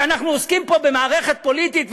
שאנחנו עוסקים פה במערכת פוליטית,